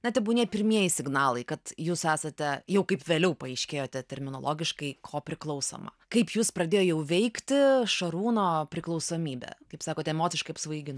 na tebūnie pirmieji signalai kad jūs esate jau kaip vėliau paaiškėjo termino logiškai ko priklausoma kaip jūs pradėjo jau veikti šarūno priklausomybė kaip sakot emociškai apsvaigina